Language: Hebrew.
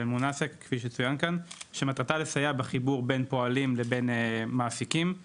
"אלמונסק" שמטרתה לסייע בחיבור בין פועלים לבין מעסיקים,